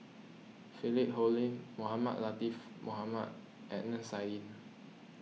Philip Hoalim Mohamed Latiff Mohamed Adnan Saidi